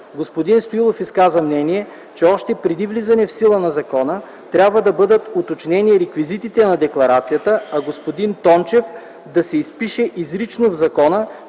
Господин Стоилов изказа мнение, че още преди влизане в сила на закона трябва да бъдат уточнени реквизитите на декларацията, а господин Тончев – да се запише изрично в закона,